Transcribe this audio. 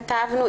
כתבנו,